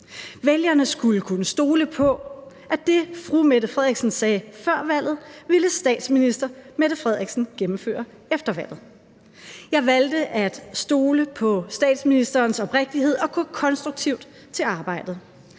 Vælgerne skulle kunne stole på, at det, fru Mette Frederiksen sagde før valget, ville statsminister Mette Frederiksen gennemføre efter valget. Jeg valgte at stole på statsministerens oprigtighed og gå konstruktivt til arbejdet.